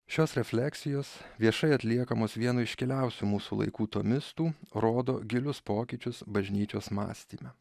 šios refleksijos viešai atliekamos vieno iškiliausių mūsų laikų tomistų rodo gilius pokyčius bažnyčios mąstyme